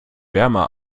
wärmer